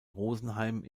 rosenheim